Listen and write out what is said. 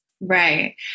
Right